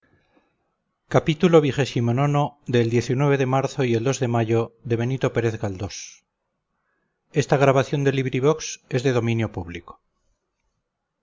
xxvi xxvii xxviii del de marzo y el de mayo de benito pérez